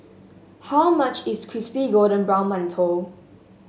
how much is Crispy Golden Brown Mantou